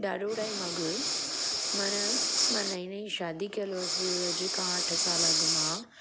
ॾाढो टाइम अॻु माना मां नईं नईं शादी कयलि हुअसि अॼु खां अठ साल अॻु मां